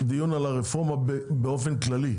דיון על הרפורמה באופן כללי,